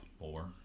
more